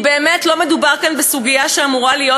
כי באמת לא מדובר פה בסוגיה שאמורה להיות